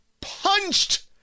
punched